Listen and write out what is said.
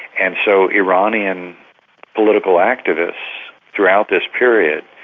and so iranian political activists throughout this period,